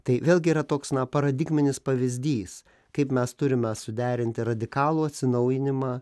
tai vėlgi yra toks paradigminis pavyzdys kaip mes turime suderinti radikalų atsinaujinimą